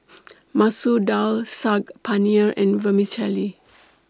Masoor Dal Saag Paneer and Vermicelli